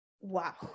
wow